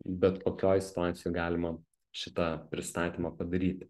bet kokioj situacijoj galima šitą pristatymą padaryti